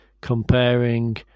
comparing